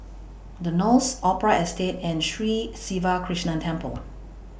The Knolls Opera Estate and Sri Siva Krishna Temple